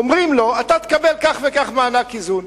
אומרים לו: אתה תקבל כך וכך מענק איזון.